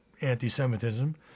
anti-Semitism